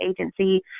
agency